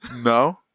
No